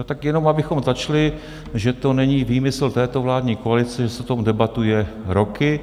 Tak jenom abychom začali, že to není výmysl této vládní koalice, že se o tom debatuje roky.